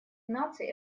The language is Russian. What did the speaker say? наций